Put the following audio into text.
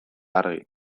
argi